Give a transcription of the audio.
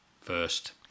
first